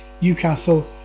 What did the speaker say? Newcastle